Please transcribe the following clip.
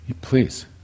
Please